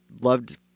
loved